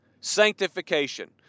Sanctification